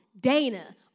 Dana